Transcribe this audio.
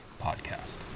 podcast